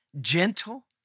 Gentle